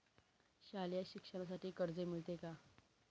शालेय शिक्षणासाठी कर्ज मिळते का?